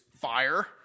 fire